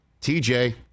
TJ